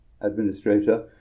Administrator